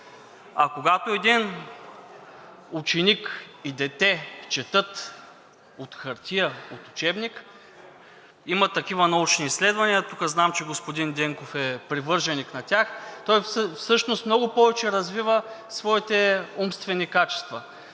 А когато един ученик и дете четат от хартия, от учебник, има такива научни изследвания, тук знам, че господин Денков е привърженик на тях, той всъщност много повече развива своите умствени качества.